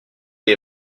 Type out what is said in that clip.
est